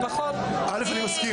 אני מסכים